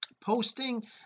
posting